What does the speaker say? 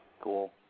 cool